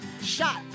shot